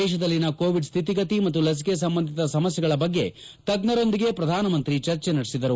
ದೇತದಲ್ಲಿನ Covid ಸ್ಹಿತಿಗತಿ ಮತ್ತು ಲಸಿಕೆ ಸಂಬಂಧಿತ ಸಮಸ್ಥೆಗಳ ಬಗೆ ತಜ್ಞರೊಂದಿಗೆ ಪ್ರಧಾನಮಂತ್ರಿ ಚರ್ಚೆ ನಡೆಸಿದರು